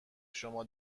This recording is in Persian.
شما